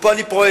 ופה אני פועל,